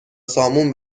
سامون